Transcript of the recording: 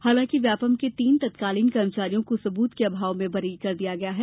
हालांकि व्यापम के तीन तत्कालीन कर्मचारियों को सब्रत के अभाव में बरी कर दिया है